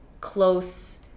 close